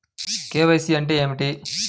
KYC అంటే ఏమిటి?